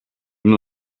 nur